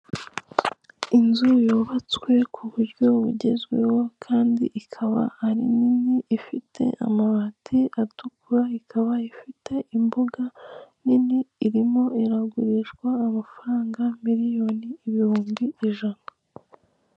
Inzu yubatswe ku buryo bugezweho kandi ikaba ari nini, ifite amabati atukura, ikaba ifite imbuga nini. Irimo iragurishwa amafaranga miliyoni ibihumbi ijana.